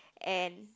and